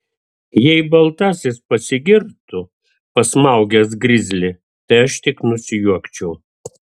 jei baltasis pasigirtų pasmaugęs grizlį tai aš tik nusijuokčiau